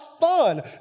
fun